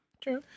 True